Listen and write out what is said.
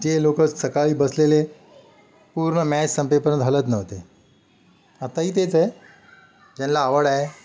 जे लोक सकाळी बसलेले पूर्ण मॅच संपेपर्यंत हलत नव्हते आताही तेच आहे ज्यांना आवड आहे